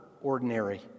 ordinary